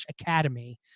academy